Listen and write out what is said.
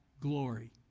glory